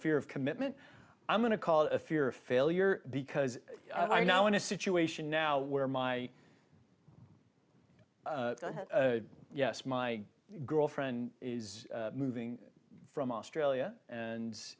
fear of commitment i'm going to call it fear of failure because i know in a situation now where my yes my girlfriend is moving from australia and